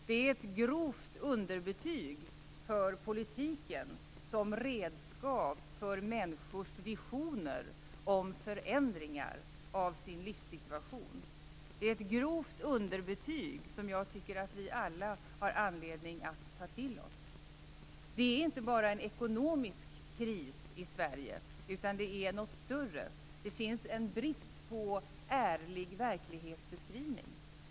Det är ett grovt underbetyg för politiken som redskap för människors visioner om förändringar av sin livssituation, ett grovt underbetyg som jag tycker att vi alla har anledning att ta till oss. Det är inte bara ekonomisk kris i Sverige, utan det är något större. Det finns en brist på ärlig verklighetsbeskrivning.